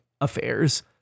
affairs